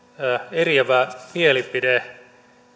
eriävä mielipide